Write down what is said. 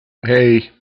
hey